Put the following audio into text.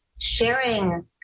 sharing